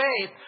faith